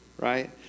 right